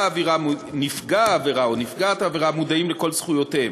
העבירה או נפגעת העבירה מודעים לכל זכויותיהם,